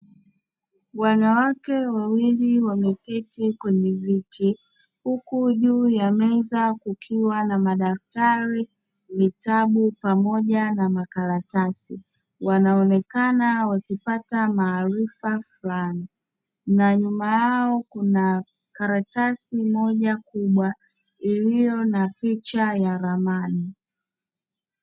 Wanawake wawili wameketi kwenye viti, huku juu ya meza kukiwa na madaftari, vitabu pamoja na makaratasi. Wanaonekana wakipata maarifa fulani na nyuma yao kuna karatasi moja kubwa iliyo na picha ya ramani.